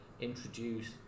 introduce